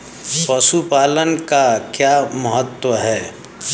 पशुपालन का क्या महत्व है?